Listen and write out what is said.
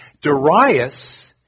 Darius